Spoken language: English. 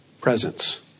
presence